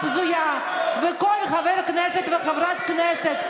וכל חבר כנסת וחברת כנסת,